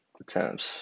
attempts